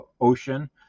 ocean